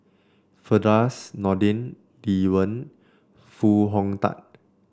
Firdaus Nordin Lee Wen Foo Hong Tatt